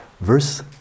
verse